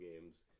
games